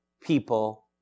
people